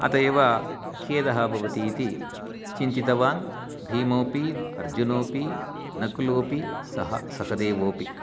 अत एव खेदः भवति इति चिन्तितवान् भीमोपि अर्जुनोपि नकुलोपि सह सहदेवोपि